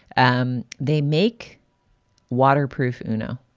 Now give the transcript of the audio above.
um they make waterproof. you know,